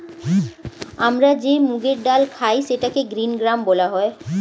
আমরা যে মুগের ডাল খাই সেটাকে গ্রীন গ্রাম বলা হয়